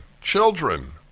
children